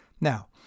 Now